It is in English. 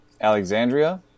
Alexandria